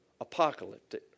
apocalyptic